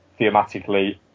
thematically